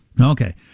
Okay